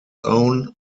own